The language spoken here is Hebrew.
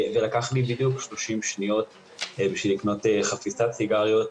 ולקח לי בדיוק 30 שניות כדי לקנות חפיסת סיגריות.